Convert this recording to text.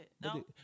No